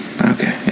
okay